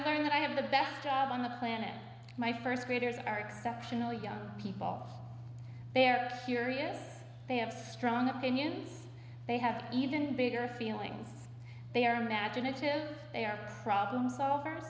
learned i have the best job on the planet my first graders are exceptionally good people they're serious they have strong opinions they have even bigger feelings they are imaginative they are problem solver